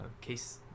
case